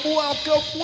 welcome